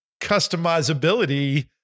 customizability